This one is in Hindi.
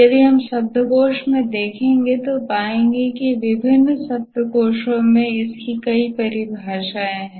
यदि हम शब्दकोश में देखेंगे तो पाएंगे कि विभिन्न शब्दकोशों में इसकी कई परिभाषाएँ हैं